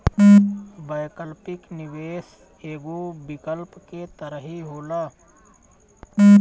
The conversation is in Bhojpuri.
वैकल्पिक निवेश एगो विकल्प के तरही होला